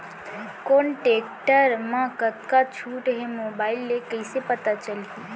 कोन टेकटर म कतका छूट हे, मोबाईल ले कइसे पता चलही?